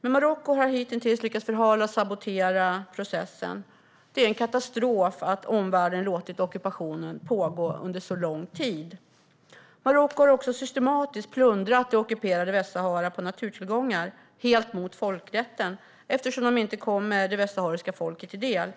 Men Marocko har hittills lyckats förhala och sabotera processen. Marocko har systematiskt plundrat det ockuperade Västsahara på naturtillgångar - helt mot folkrätten eftersom de inte kommer det västsahariska folket till del.